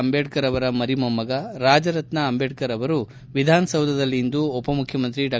ಅಂಬೇಡ್ಕರ್ ಅವರ ಮರಿಮೊಮ್ಮಗ ರಾಜರತ್ನ ಅಂಬೇಡ್ಕರ್ ಅವರು ವಿಧಾನಸೌಧದಲ್ಲಿ ಇಂದು ಉಪಮುಖ್ಯಮಂತ್ರಿ ಡಾ